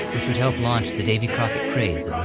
which would help launch the davy crockett craze of